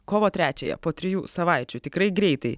kovo trečiąją po trijų savaičių tikrai greitai